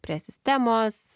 prie sistemos